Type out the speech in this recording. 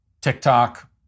TikTok